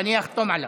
ואני אחתום עליו.